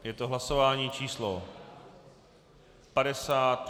Je to hlasování číslo 50.